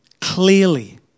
clearly